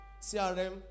CRM